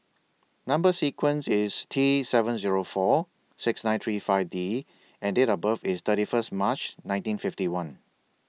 Number sequence IS T seven Zero four six nine three five D and Date of birth IS thirty First March nineteen fifty one